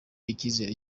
icyizere